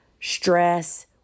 stress